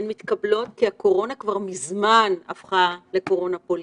הן מתקבלות כי הקורונה כבר מזמן הפכה לקורונה פוליטית,